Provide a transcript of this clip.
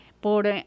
por